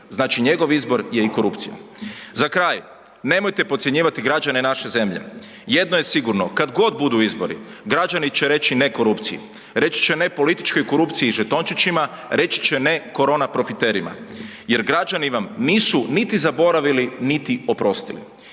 znači njegov izbor je i korupcija. Za kraj, nemojte podcjenjivati građane naše zemlje. Jedno je sigurno kad god budu izbori, građani će reći ne korupciji, reći će ne političkoj korupciji i žetončićima, reći će ne korona profiterima jer građani vam nisu niti zaboravili niti oprostili.